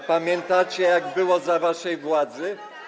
A pamiętacie, jak było za waszej władzy?